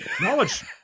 Knowledge